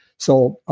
so,